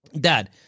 Dad